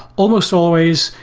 almost always,